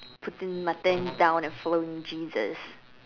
putting muttons down the phone Jesus